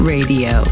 Radio